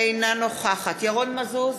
אינה נוכחת ירון מזוז,